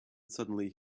suddenly